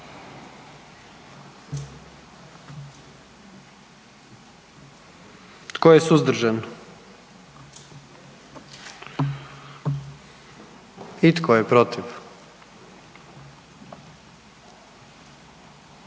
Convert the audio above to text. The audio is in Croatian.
Tko je suzdržan? I tko je protiv?